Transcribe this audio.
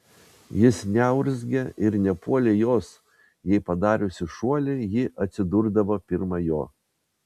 jis neurzgė ir nepuolė jos jei padariusi šuolį ji atsidurdavo pirma jo